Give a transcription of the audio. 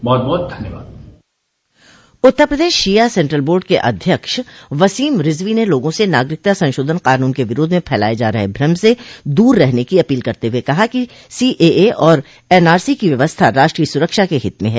बहुत बहुत धन्यवाद उत्तर प्रदेश शिया सेन्ट्रल बोर्ड के अध्यक्ष वसीम रिजवी ने लोगों से नागरिकता संशोधन कानून के विरोध में फैलाये जा रहे भ्रम से दूर रहने की अपील करते हुए कहा है कि सीएए और एनआरसी की व्यवस्था राष्ट्र की सुरक्षा के हित में हैं